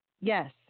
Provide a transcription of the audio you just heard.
yes